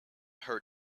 her